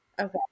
okay